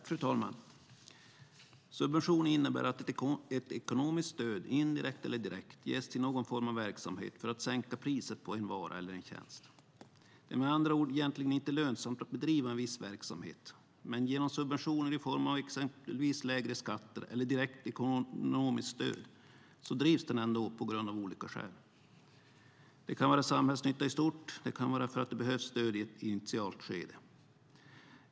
Fru talman! Subvention innebär att ett ekonomiskt stöd, indirekt eller direkt, ges till någon form av verksamhet för att sänka priset på en vara eller en tjänst. Det är med andra ord egentligen inte lönsamt att bedriva en viss verksamhet, men genom subventioner i form av exempelvis lägre skatter eller direkt ekonomiskt stöd drivs den ändå av olika skäl. Det kan vara samhällsnytta i stort, det kan vara för att det behövs ett stöd i ett initialt skede.